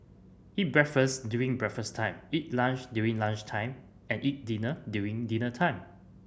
eat breakfast during breakfast time eat lunch during lunch time and eat dinner during dinner time